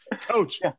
coach